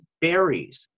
berries